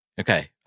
Okay